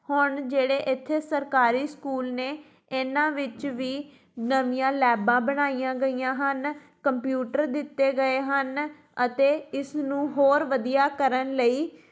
ਹੁਣ ਜਿਹੜੇ ਇੱਥੇ ਸਰਕਾਰੀ ਸਕੂਲ ਨੇ ਇਹਨਾਂ ਵਿੱਚ ਵੀ ਨਵੀਆਂ ਲੈਬਾਂ ਬਣਾਈਆਂ ਗਈਆਂ ਹਨ ਕੰਪਿਊਟਰ ਦਿੱਤੇ ਗਏ ਹਨ ਅਤੇ ਇਸ ਨੂੰ ਹੋਰ ਵਧੀਆ ਕਰਨ ਲਈ